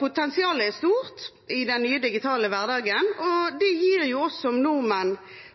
Potensialet er stort i den nye digitale hverdagen, og det gir jo også nordmenn,